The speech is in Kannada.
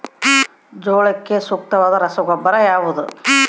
ಜೋಳಕ್ಕೆ ಸೂಕ್ತವಾದ ರಸಗೊಬ್ಬರ ಯಾವುದು?